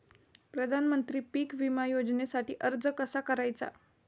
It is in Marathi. प्रधानमंत्री पीक विमा योजनेसाठी अर्ज कसा करायचा?